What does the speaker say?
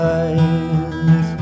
eyes